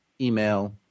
email